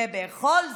ובכל זאת,